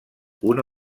una